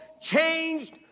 changed